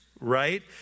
right